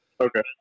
Okay